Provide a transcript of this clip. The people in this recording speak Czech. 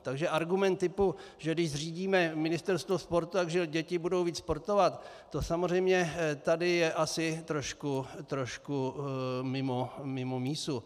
Takže argument typu, že když zřídíme ministerstvo sportu, tak že děti budou víc sportovat, to samozřejmě tady je asi trošku mimo mísu.